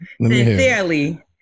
Sincerely